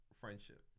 friendship